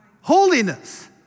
Holiness